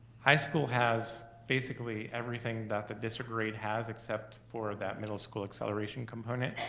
high school has basically everything that the district grade has except for that middle school acceleration component.